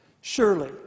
Surely